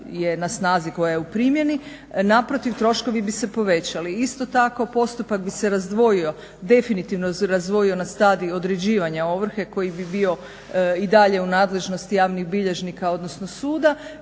na snazi, koja je u primjeni, naprotiv troškovi bi se povećali. Isto tako postupak bi se razdvojio, definitivno se razdvojio na stadij određivanja ovrhe koji bi bio i dalje u nadležnosti javnih bilježnika, odnosno suda,